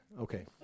okay